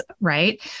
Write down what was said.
Right